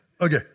okay